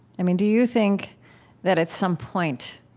i mean, do you think that, at some point,